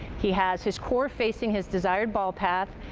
he has his core facing his desired ball path.